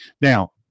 Now